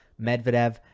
Medvedev